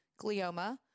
glioma